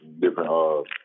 different